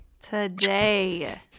Today